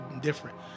different